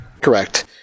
Correct